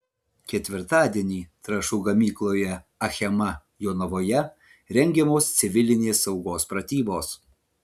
ketvirtadienį trąšų gamykloje achema jonavoje rengiamos civilinės saugos pratybos